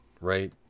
Right